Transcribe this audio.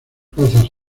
plazas